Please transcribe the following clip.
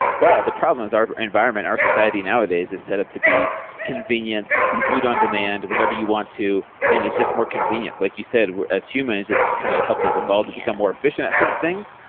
but the problem is our environment and our society nowadays is set up to be convenience, food on demand, whenever you want to and it's just more convenience. like you said, as humans, it's kind of helped us evolve to become more efficient at certain things.